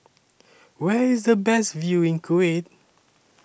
Where IS The Best View in Kuwait